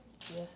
Yes